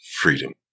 freedom